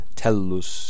tellus